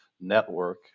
network